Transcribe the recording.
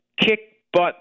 kick-butt